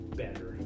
better